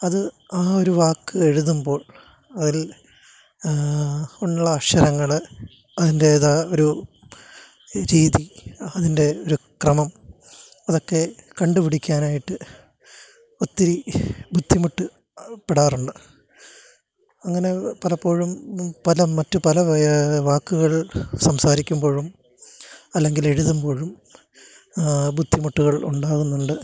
അത് ആ ഒരു വാക്ക് എഴുതുമ്പോള് അതില് ഉള്ള അക്ഷരങ്ങൾ അതിന്റെതായ ഒരു രീതി അതിന്റെ ഒരു ക്രമം അതൊക്കെ കണ്ടു പിടിക്കാനായിട്ട് ഒത്തിരി ബുദ്ധിമുട്ട് പെടാറുണ്ട് അങ്ങനെ പലപ്പോഴും പല മറ്റ് പല വാക്കുകള് സംസാരിക്കുമ്പോഴും അല്ലെങ്കിൽ എഴുതുമ്പോഴും ബുദ്ധിമുട്ടുകള് ഉണ്ടാവുന്നുണ്ട്